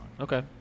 Okay